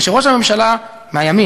כשראש הממשלה מהימין